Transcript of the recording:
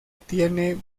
tiene